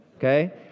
Okay